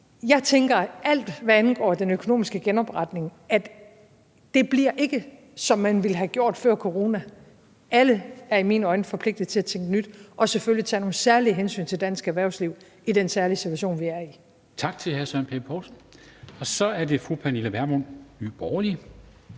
Jeg tænker, at alt, hvad der angår den økonomiske genopretning, ikke bliver, som man ville have gjort det før corona, for alle er i mine øjne forpligtet til at tænke nyt og selvfølgelig tage nogle særlige hensyn til dansk erhvervsliv i den særlige situation, vi er i. Kl. 13:51 Formanden (Henrik Dam Kristensen): Tak til hr. Søren Pape Poulsen. Så er det fru Pernille Vermund, Nye Borgerlige.